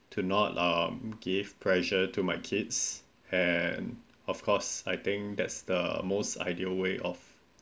to not um give pressure to my kids and of course I think that's the most ideal way of